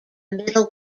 middle